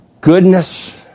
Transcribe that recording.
goodness